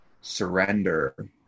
surrender